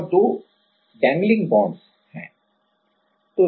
और 2 dangling bonds dangling bonds हैं